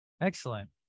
Excellent